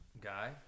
guy